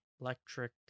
electric